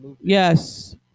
Yes